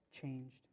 changed